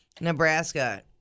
Nebraska